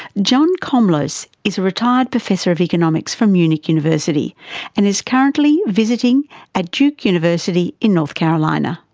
john komlos is a retired professor of economics from munich university and is currently visiting at duke university in north carolina.